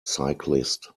cyclist